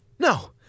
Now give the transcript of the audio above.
No